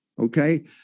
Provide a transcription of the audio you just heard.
Okay